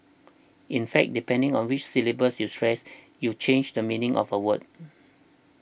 in fact depending on which syllables you stress you change the meaning of a word